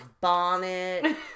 bonnet